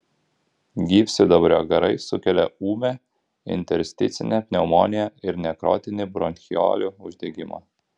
gyvsidabrio garai sukelia ūmią intersticinę pneumoniją ir nekrotinį bronchiolių uždegimą